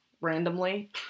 randomly